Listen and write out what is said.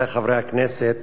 רבותי חברי הכנסת,